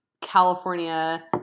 California